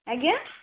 ଆଜ୍ଞା